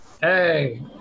Hey